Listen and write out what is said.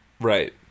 right